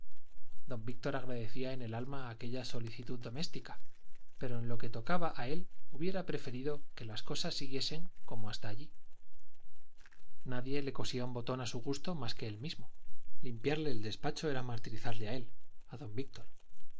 don víctor agradecía en el alma aquella solicitud doméstica pero en lo que tocaba a él hubiera preferido que las cosas siguiesen como hasta allí nadie le cosía un botón a su gusto más que él mismo limpiarle el despacho era martirizarle a él a don víctor la